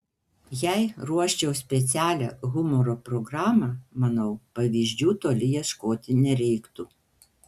jei ruoščiau specialią humoro programą manau pavyzdžių toli ieškoti nereiktų